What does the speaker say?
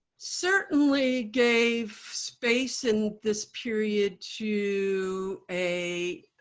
certainly gave space, in this period, to a